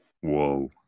Whoa